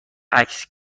عکس